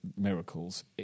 miracles